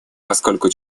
поскольку